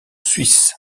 suisse